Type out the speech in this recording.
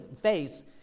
face